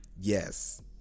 Yes